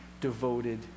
devoted